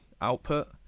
output